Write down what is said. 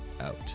out